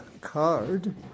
card